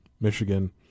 Michigan